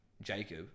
Jacob